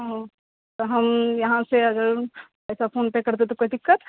ओ तऽ हम यहाँ से अगर एतौ फोनपे करबै तऽ कोइ दिक्कत